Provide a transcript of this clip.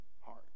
heart